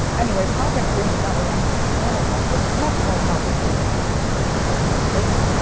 anyway, project green sally x system hornet one was much more complicated than simple pulse code modulation,